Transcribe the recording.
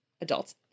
adults